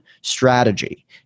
strategy